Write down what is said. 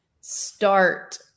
start